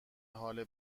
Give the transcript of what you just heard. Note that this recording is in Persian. حال